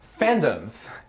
Fandoms